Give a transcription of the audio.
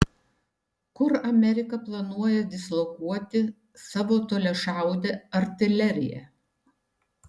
kur amerika planuoja dislokuoti savo toliašaudę artileriją